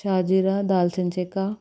షాజీరా దాల్చిన చెక్క